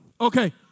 Okay